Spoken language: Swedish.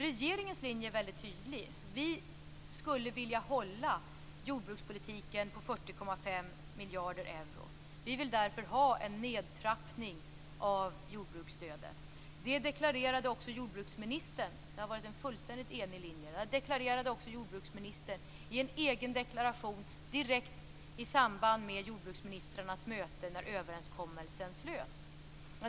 Regeringens linje är mycket tydlig. Vi skulle vilja hålla jordbrukspolitiken på 40,5 miljarder euro. Vi vill därför ha en nedtrappning av jordbruksstödet. Det har varit en fullständigt enig linje. Det uttalade också jordbruksministern i en egen deklaration i direkt samband med jordbruksministrarnas möte, när överenskommelsen slöts.